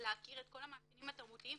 ולהכיר את כל המאפיינים התרבותיים,